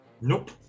Nope